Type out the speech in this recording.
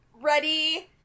ready